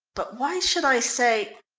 but why should i say?